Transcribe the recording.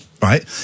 Right